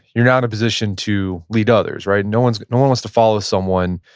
you're now in a position to lead others, right? no one no one wants to follow someone,